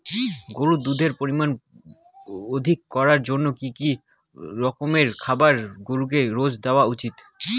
গরুর দুধের পরিমান অধিক করার জন্য কি কি রকমের খাবার গরুকে রোজ দেওয়া উচিৎ?